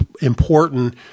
important